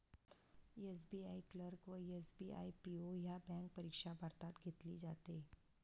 SBI clerk व SBI PO ह्या bank परीक्षा भारतात घेतली जाते